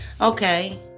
Okay